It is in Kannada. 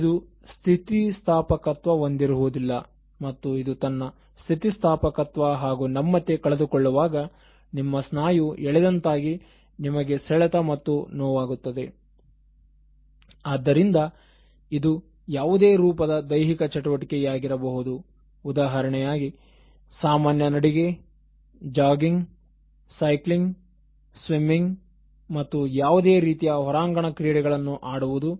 ಇದು ಸ್ಥಿತಿಸ್ಥಾಪಕತ್ವ ಹೊಂದಿರುವುದಿಲ್ಲ ಮತ್ತು ಇದು ತನ್ನ ಸ್ಥಿತಿಸ್ಥಾಪಕತ್ವ ಹಾಗೂ ನಮ್ಯತೆ ಕಳೆದು ಕೊಳ್ಳುವಾಗ ನಿಮ್ಮ ಸ್ನಾಯು ಎಳೆದಂತಾಗಿ ನಿಮಗೆ ಸೆಳೆತ ಮತ್ತು ನೋವಾಗುತ್ತದೆ ಆದ್ದರಿಂದ ಇದು ಯಾವುದೇ ರೂಪದ ದೈಹಿಕ ಚಟುವಟಿಕೆ ಯಾಗಿರಬಹುದು ಉದಾಹರಣೆಗೆ ಸಾಮಾನ್ಯ ನಡಿಗೆ ಜಾಗಿಂಗ್ ಸೈಕ್ಲಿಂಗ್ ಸ್ವಿಮಿಂಗ್ ಮತ್ತು ಯಾವುದೇ ರೀತಿಯ ಹೊರಾಂಗಣ ಕ್ರೀಡೆಗಳನ್ನು ಆಡುವುದು